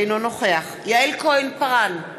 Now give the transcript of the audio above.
אינו נוכח יעל כהן-פארן,